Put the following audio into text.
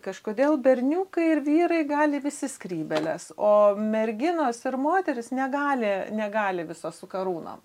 kažkodėl berniukai ir vyrai gali visi skrybėles o merginos ir moterys negali negali visos su karūnom